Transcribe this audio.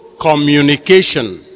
communication